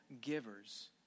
givers